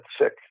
sick